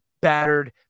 battered